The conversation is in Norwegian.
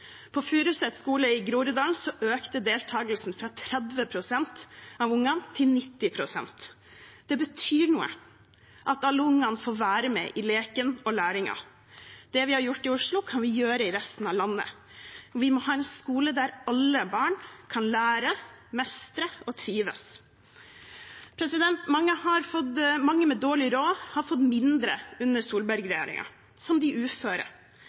På Furuset skole i Groruddalen økte deltakelsen fra 30 pst. av ungene til 90 pst. Det betyr noe at alle ungene får være med i leken og læringen. Det vi har gjort i Oslo, kan vi gjøre i resten av landet. Vi må ha en skole der alle barn kan lære, mestre og trives. Mange med dårlig råd har fått mindre under Solberg-regjeringen – som de uføre,